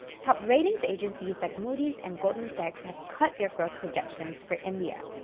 top ratings agencies like moody's and goldman sachs have cut their growth projections for india.